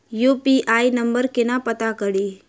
UPI number केना पत्ता कड़ी?